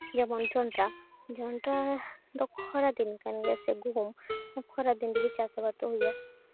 ᱡᱮᱢᱚᱱ ᱡᱚᱱᱰᱨᱟ ᱫᱚ ᱠᱷᱚᱨᱟ ᱫᱤᱱ ᱠᱟᱱ ᱜᱮᱭᱟ ᱥᱮ ᱜᱩᱦᱩᱢ ᱫᱚ ᱠᱷᱚᱨᱟ ᱫᱤᱱ ᱨᱮᱜᱮ ᱪᱟᱥ ᱟᱵᱟᱫ ᱫᱚ ᱦᱩᱭᱩᱜᱼᱟ